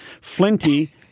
Flinty